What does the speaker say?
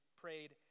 prayed